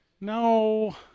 No